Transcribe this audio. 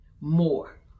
more